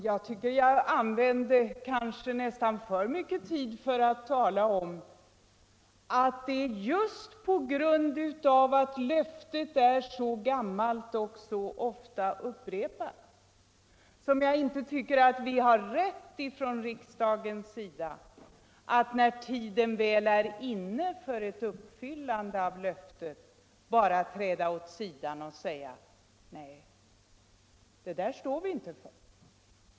Jag tycker jag använde en större del av tiden för att tala om att det är just på grund av att löftet är så gammalt och så ofta upprepat som jag inte anser att vi från riksdagens sida har rätt att när tiden väl är inne för ett uppfyllande av löftet bara träda åt sidan och säga: Nej, det där står vi inte för.